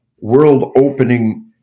world-opening